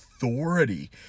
authority